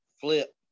flip